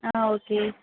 ஆ okay